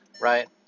right